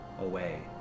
away